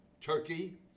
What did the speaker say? Turkey